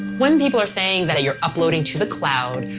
when people are saying that you're uploading to the cloud,